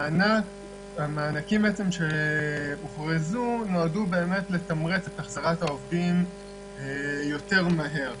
המענקים שהוכרזו נועדו באמת לתמרץ את החזרת העובדים יותר מהר.